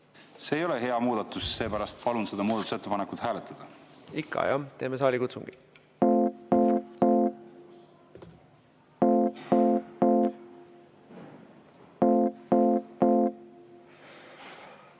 See ei ole hea muudatus, seepärast palun seda muudatusettepanekut hääletada. Ikka, jah. Teeme saalikutsungi. Head